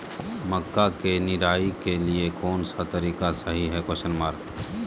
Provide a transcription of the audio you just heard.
मक्का के निराई के लिए कौन सा तरीका सही है?